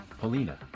Polina